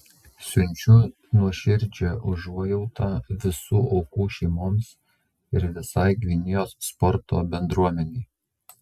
siunčiu nuoširdžią užuojautą visų aukų šeimoms ir visai gvinėjos sporto bendruomenei